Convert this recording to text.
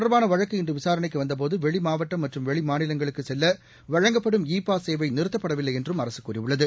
தொடர்பானவழக்கு இன்றுவிசாரணைக்குவந்தபோது வெளிமாவட்டம் இத மற்றும் வெளிமாநிலங்களுக்குசெல்லவழங்கப்படும் இ பாஸ் சேவைநிறுத்தப்படவில்லைஎன்றும் அரசுகூறியுள்ளது